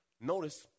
Notice